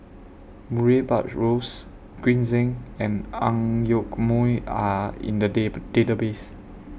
Murray Buttrose Green Zeng and Ang Yoke Mooi Are in The Datbase